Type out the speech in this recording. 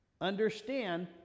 Understand